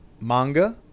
manga